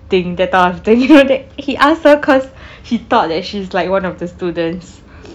thing that type of thing then after that he ask her cause he thought that she's like one of the students